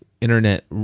Internet